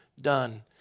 Done